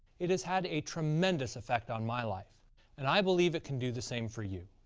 it has had a tremendous effect on my life and i believe it can do the same for you.